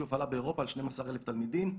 שהופעלה באירופה על 12,000 תלמידים,